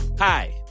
Hi